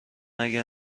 اگر